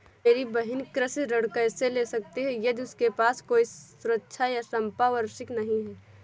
मेरी बहिन कृषि ऋण कैसे ले सकती है यदि उसके पास कोई सुरक्षा या संपार्श्विक नहीं है?